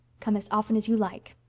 come as often as you like,